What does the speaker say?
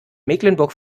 mecklenburg